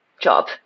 job